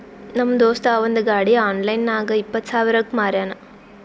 ನಮ್ ದೋಸ್ತ ಅವಂದ್ ಗಾಡಿ ಆನ್ಲೈನ್ ನಾಗ್ ಇಪ್ಪತ್ ಸಾವಿರಗ್ ಮಾರ್ಯಾನ್